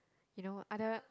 you know other